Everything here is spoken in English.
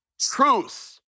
truth